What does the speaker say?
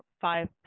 five